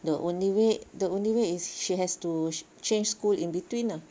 the only way the only way is she has to change school in between ah